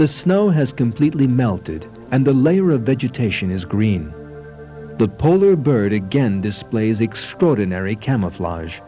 the snow has completely melted and the layer of vegetation is green the only bird again displays extraordinary camouflage